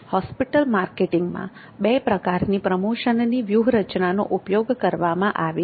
hospital માર્કેટિંગમાં બે પ્રકારની પ્રમોશનની વ્યૂહરચનાનો ઉપયોગ કરવામાં આવે છે